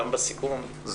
גם בסיכום,